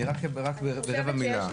אני רק ברבע מילה.